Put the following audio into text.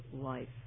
life